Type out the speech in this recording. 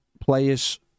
players